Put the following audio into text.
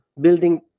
Building